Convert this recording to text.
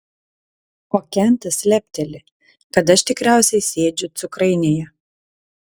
o kentas lepteli kad aš tikriausiai sėdžiu cukrainėje